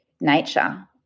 nature